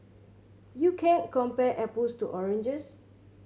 you can't compare apples to oranges